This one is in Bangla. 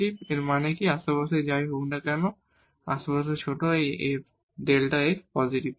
এবং এর মানে কি যে আশেপাশে যাই হোক না কেনতবে আশেপাশে ছোট এই Δ f পজিটিভ হবে